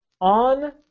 On